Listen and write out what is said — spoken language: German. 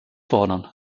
fordern